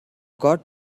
got